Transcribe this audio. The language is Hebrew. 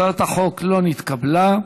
הצעת החוק לא נתקבלה.